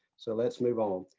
so let's move on.